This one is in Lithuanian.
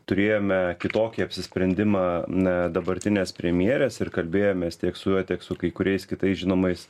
turėjome kitokį apsisprendimą na dabartinės premjerės ir kalbėjomės tiek su juo tiek su kai kuriais kitais žinomais